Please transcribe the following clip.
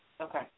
Okay